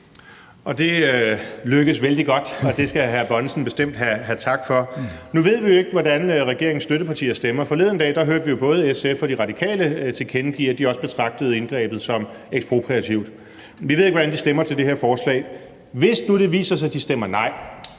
Det lykkes vældig godt, og det skal hr. Erling Bonnesen bestemt have tak for. Nu ved vi jo ikke, hvordan regeringens støttepartier stemmer. Forleden dag hørte vi jo både SF og De Radikale tilkendegive, at de også betragtede indgrebet som ekspropriativt. Vi ved ikke, hvordan de stemmer til det her forslag. Hvis nu det viser sig, at de stemmer nej,